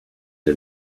you